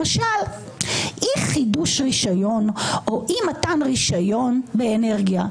למשל אי-חידוש רישיון או אי-מתן רישיון באנרגיה,